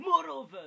Moreover